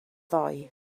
ddoe